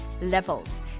levels